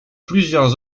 plusieurs